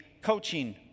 coaching